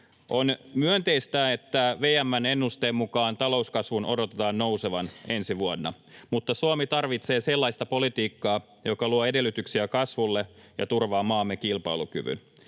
On myönteistä, että VM:n ennusteen mukaan talouskasvun odotetaan nousevan ensi vuonna, mutta Suomi tarvitsee sellaista politiikkaa, joka luo edellytyksiä kasvulle ja turvaa maamme kilpailukyvyn.